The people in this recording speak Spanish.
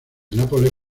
nápoles